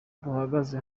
duhagaze